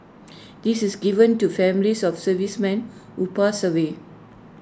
this is given to families of servicemen who pass away